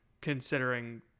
considering